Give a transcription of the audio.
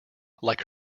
like